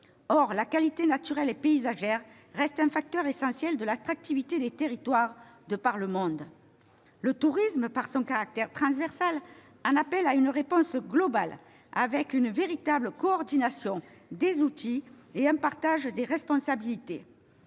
! Les qualités naturelles et paysagères restent en effet un facteur essentiel de l'attractivité des territoires de par le monde. Le tourisme, par son caractère transversal, en appelle à une réponse globale, avec une véritable coordination des outils et un partage des responsabilités.